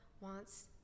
wants